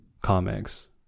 comics